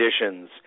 conditions